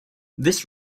this